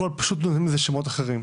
כל פעם פשוט נותנים לזה שמות אחרים,